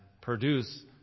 produce